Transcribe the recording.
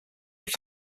were